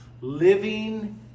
living